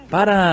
Para